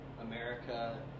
America